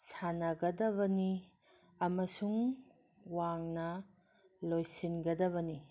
ꯁꯥꯟꯅꯒꯗꯕꯅꯤ ꯑꯃꯁꯨꯡ ꯋꯥꯡꯅ ꯂꯣꯏꯁꯤꯟꯒꯗꯕꯅꯤ